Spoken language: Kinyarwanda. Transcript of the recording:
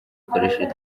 ukoresheje